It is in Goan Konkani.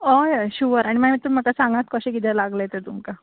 हय हय शुवर आनी मागीर तुमी म्हाका सांगात कशें कितें लागलें ते तुमका